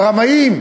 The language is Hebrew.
והרמאים,